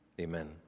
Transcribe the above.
Amen